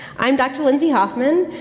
i am dr. lindsay hoffman. ah,